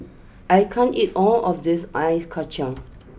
I can't eat all of this Ice Kacang